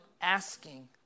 asking